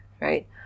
right